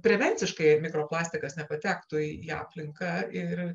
prevenciškai mikroplastikas nepatektų į aplinką ir